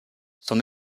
son